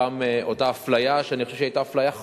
אותה אפליה, שאני חושב שהיא היתה אפליה חמורה,